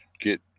get